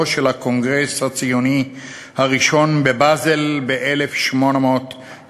של הקונגרס הציוני הראשון בבאזל ב-1897,